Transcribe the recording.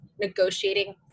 negotiating